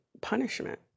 punishment